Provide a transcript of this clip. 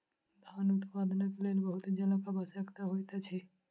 धान उत्पादनक लेल बहुत जलक आवश्यकता होइत अछि